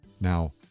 Now